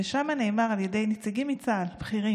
ושם נאמר על ידי נציגים בכירים